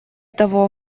того